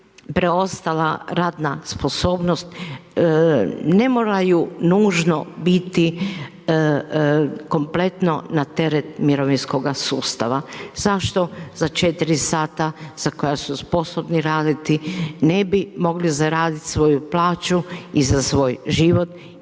preostala radna sposobnost ne moraju nužno biti kompletno na teret mirovinskoga sustava. Zašto za 4 sata za koja su sposobni raditi ne bi mogli zaraditi svoju plaću i za svoj život i bili